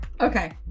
Okay